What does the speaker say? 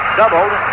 doubled